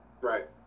Right